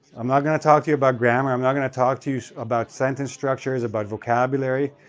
i'm not going to talk to you about grammar, i'm not going to talk to you about sentence structures, about vocabulary.